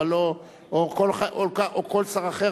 או כל שר אחר,